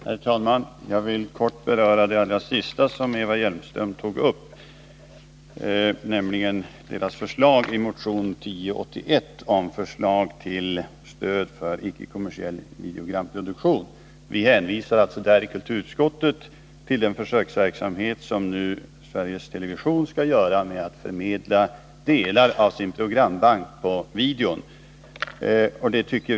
Herr talman! Jag vill kort beröra det sista som Eva Hjelmström tog upp, vpk:s förslag i motion 1081 om stöd till icke-kommersiell videoproduktion. Vi hänvisar i kulturutskottet till den försöksverksamhet som Sveriges TV skall bedriva genom att göra delar av sin programbank tillgängliga som videokassetter.